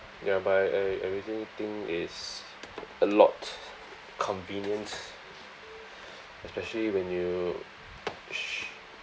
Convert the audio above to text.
ya but I I I really think it's a lot convenience especially when you sh~